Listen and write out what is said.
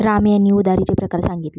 राम यांनी उधारीचे प्रकार सांगितले